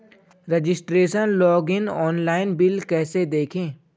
Registration login online bill कैसे देखें?